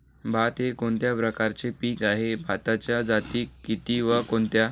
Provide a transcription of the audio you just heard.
भात हे कोणत्या प्रकारचे पीक आहे? भाताच्या जाती किती व कोणत्या?